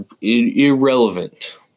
Irrelevant